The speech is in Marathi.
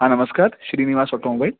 हां नमस्कार श्रीनिवास ऑटोमोबाईल